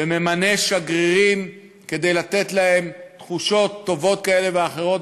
וממנה שגרירים כדי לתת להם תחושות טובות כאלה ואחרות,